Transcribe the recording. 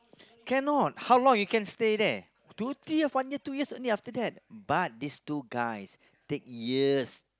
cannot how long you can stay there two three years one years two years only after that but these two guys take years